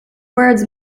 words